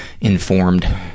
informed